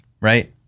right